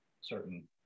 certain